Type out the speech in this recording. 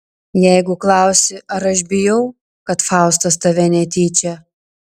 jeigu klausi ar aš bijau kad faustas tave netyčia